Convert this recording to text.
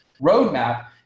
roadmap